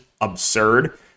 absurd